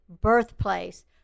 birthplace